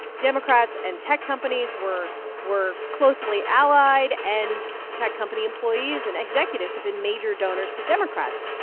democrats and tech companies were were closely allied, and tech company employees and executives have been major donors to democrats.